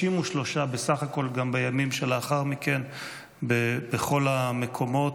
63 בסך הכול גם בימים שלאחר מכן בכל המקומות.